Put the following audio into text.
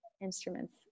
instruments